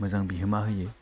मोजां बिहोमा होयो